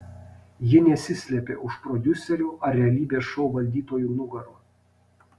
ji nesislėpė už prodiuserių ar realybės šou valdytojų nugarų